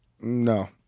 No